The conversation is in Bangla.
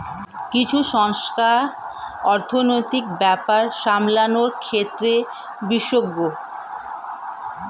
কিছু সংস্থা অর্থনীতির ব্যাপার সামলানোর ক্ষেত্রে বিশেষজ্ঞ